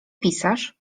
pisarz